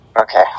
Okay